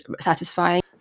satisfying